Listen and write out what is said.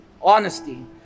honesty